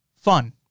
Fun